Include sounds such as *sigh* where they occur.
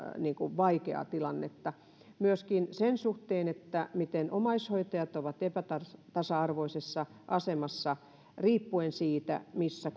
vaikeaa tilannetta myöskin sen suhteen miten omaishoitajat ovat epätasa arvoisessa asemassa riippuen siitä missä *unintelligible*